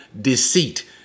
deceit